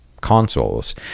consoles